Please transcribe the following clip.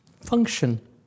Function